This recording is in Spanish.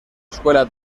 escuela